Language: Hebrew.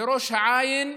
מראש העין.